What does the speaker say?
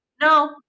No